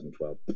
2012